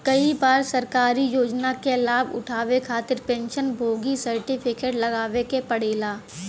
कई बार सरकारी योजना क लाभ उठावे खातिर पेंशन भोगी सर्टिफिकेट लगावे क पड़ेला